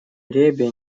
ребе